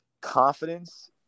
confidence